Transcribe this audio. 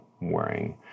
wearing